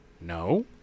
No